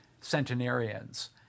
centenarians